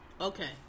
okay